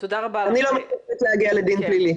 אני לא מעוניינת להגיע לדין פלילי.